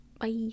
Bye